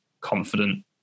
confident